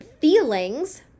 feelings